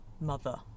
mother